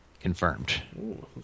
Confirmed